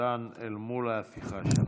מסודאן אל מול ההפיכה שם.